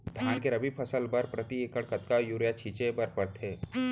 धान के रबि फसल बर प्रति एकड़ कतका यूरिया छिंचे बर पड़थे?